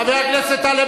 חבר הכנסת טלב